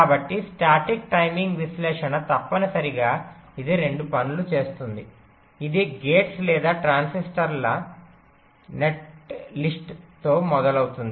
కాబట్టి static timing విశ్లేషణ తప్పనిసరిగా ఇది 2 పనులు చేస్తుంది ఇది గేట్స్ లేదా ట్రాన్సిస్టర్లtransistors ఇచ్చిన నెట్లిస్ట్తో మొదలవుతుంది